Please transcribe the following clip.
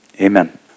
amen